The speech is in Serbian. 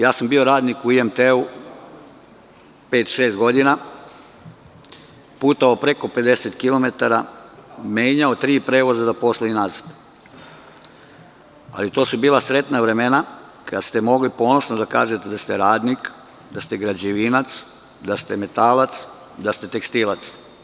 Bio sam radnik u IMT-u pet, šest godina, putovao preko 50 km, menjao tri prevoza do posla i nazad, ali to su bila sretna vremena kada ste mogli ponosno da kažete da ste radnik, da ste građevinac, da ste metalac, da ste tekstilac.